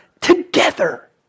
together